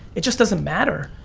it just doesn't matter,